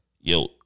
Yo